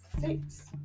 six